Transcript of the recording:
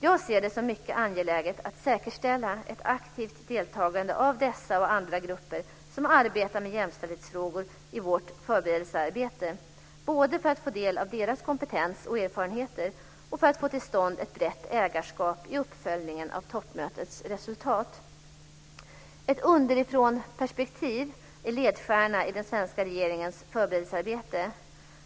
Jag ser det som mycket angeläget att säkerställa ett aktivt deltagande av dessa och andra grupper som arbetar med jämställdhetsfrågor i vårt förberedelsearbete - både för att få del av deras kompetens och erfarenheter och för att få till stånd ett brett ägarskap i uppföljningen av toppmötets resultat. Ett underifrånperspektiv är ledstjärna i den svenska regeringens förberedelsearbete.